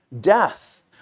death